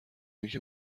اینکه